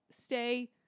stay